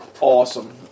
awesome